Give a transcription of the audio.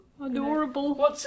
Adorable